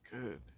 good